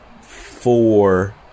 four